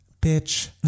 bitch